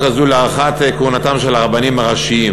הזו להארכת כהונתם של הרבנים הראשיים.